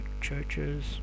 churches